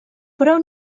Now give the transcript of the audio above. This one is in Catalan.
però